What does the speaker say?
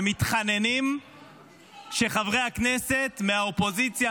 הם מתחננים שחברי הכנסת מהאופוזיציה,